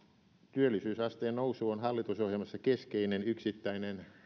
työllisyysasteen nousu on hallitusohjelmassa keskeinen yksittäinen